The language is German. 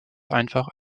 einfach